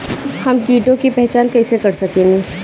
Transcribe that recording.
हम कीटों की पहचान कईसे कर सकेनी?